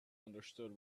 understood